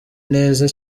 neza